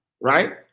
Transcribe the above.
right